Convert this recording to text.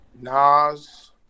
Nas